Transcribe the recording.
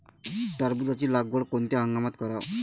टरबूजाची लागवड कोनत्या हंगामात कराव?